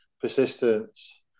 persistence